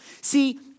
See